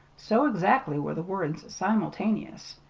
so exactly were the words simultaneous.